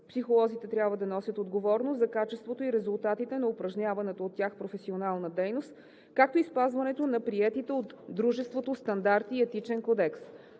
Психолозите трябва да носят отговорност за качеството и резултатите на упражняваната от тях професионална дейност, както и спазването на приетите от Дружеството стандарти и Етичен кодекс.